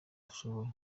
dushoboye